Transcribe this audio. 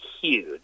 huge